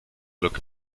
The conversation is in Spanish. look